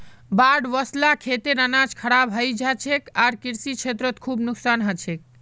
बाढ़ वस ल खेतेर अनाज खराब हई जा छेक आर कृषि क्षेत्रत खूब नुकसान ह छेक